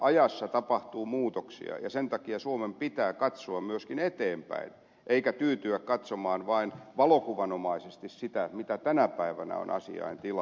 ajassa tapahtuu muutoksia ja sen takia suomen pitää katsoa myöskin eteenpäin eikä tyytyä katsomaan vain valokuvanomaisesti sitä mikä tänä päivänä on asiaintila